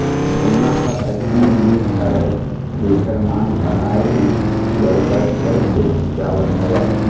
सोना ह अइसन जिनिस हरय जेखर मांग ह आए दिन बरोबर बड़ते जावत हवय